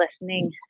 listening